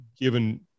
given